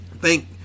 Thank